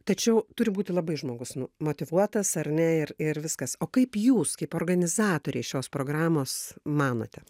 tačiau turi būti labai žmogus motyvuotas ar ne ir ir viskas o kaip jūs kaip organizatoriai šios programos manote